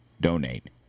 donate